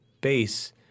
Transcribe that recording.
base